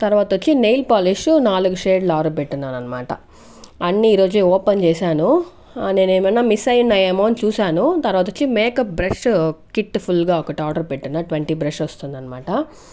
తర్వాత వచ్చి nail polish నాలుగు షెడ్లు ఆర్డర్ పెట్టి ఉన్నాను అనమాట అన్ని ఈరోజే ఓపెన్ చేశాను నేను ఏమన్నా మిస్ అయినా ఏమో చూసాను తర్వాత వచ్చి మేకప్ బ్రష్ కిట్టు ఫుల్గా ఒకటి ఆర్డర్ పెట్టి ఉన్న ట్వంటీ బ్రష్ వస్తుంది అనమాట